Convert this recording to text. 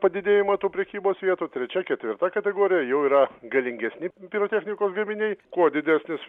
padidėjimą tų prekybos vietų trečia ketvirta kategorija jau yra galingesni pirotechnikos gaminiai kuo didesnis